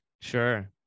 Sure